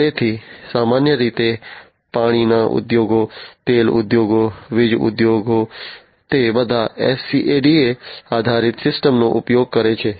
તેથી સામાન્ય રીતે પાણીના ઉદ્યોગો તેલ ઉદ્યોગો વીજ ઉત્પાદન ઉદ્યોગો તે બધા SCADA આધારિત સિસ્ટમનો ઉપયોગ કરે છે